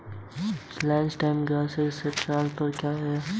Real time gross settlement transfer में न्यूनतम सीमा क्या है?